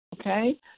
Okay